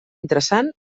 interessant